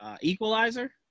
Equalizer